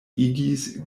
igis